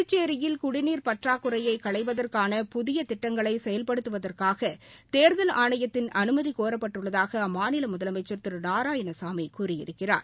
புதுச்சேரியில் குடிநீர் பற்றாக்குறையை களைவதற்கான புதிய திட்டங்களை செயல்படுத்துவதற்காக தேர்தல் ஆணையத்தின் அனுமதி கோரப்பட்டுள்ளதாக அம்மாநில முதலமைச்சர் திரு நாராயணசாமி கூறியிருக்கிறார்